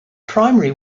primary